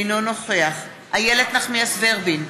אינו נוכח איילת נחמיאס ורבין,